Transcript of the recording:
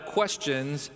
questions